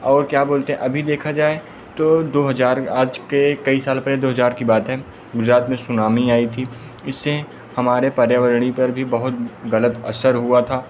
और क्या बोलते हैं अभी देखा जाए तो दो हज़ार आज के कई साल पहले दो हज़ार की बात है गुजरात में सूनामी आई थी इससें हमारे पर्यावरण पर भी बहुत ग़लत असर हुआ था